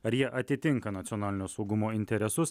ar jie atitinka nacionalinio saugumo interesus